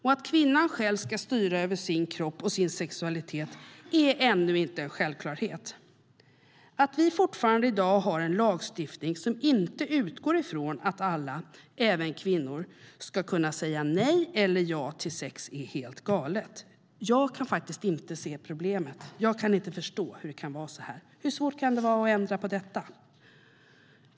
Att kvinnan själv ska styra över sin kropp och sin sexualitet är ännu inte en självklarhet. Att vi fortfarande har en lagstiftning som inte utgår från att alla, även kvinnor, ska kunna säga nej eller ja till sex är helt galet. Jag kan inte se problemet. Jag kan inte förstå hur det kan vara på det sättet. Hur svårt kan det vara att ändra på det?